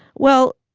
well,